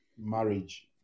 marriage